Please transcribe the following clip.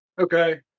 Okay